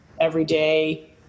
everyday